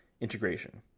integration